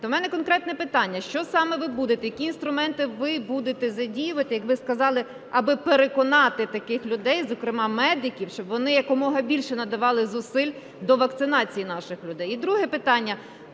То в мене конкретне питання, що саме ви будете, які інструменти ви будете задіювати, як ви сказали, аби переконати таких людей, зокрема медиків, щоб вони якомога більше надавали зусиль до вакцинації наших людей? І друге питання.